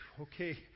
okay